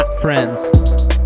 Friends